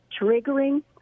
triggering